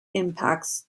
impacts